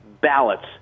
ballots